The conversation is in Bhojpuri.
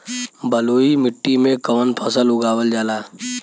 बलुई मिट्टी में कवन फसल उगावल जाला?